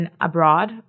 abroad